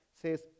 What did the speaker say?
says